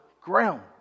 ground